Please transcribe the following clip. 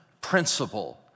principle